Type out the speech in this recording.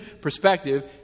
perspective